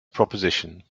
proposition